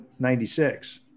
96